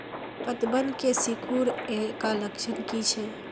पतबन के सिकुड़ ऐ का लक्षण कीछै?